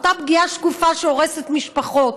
אותה פגיעה שקופה שהורסת משפחות,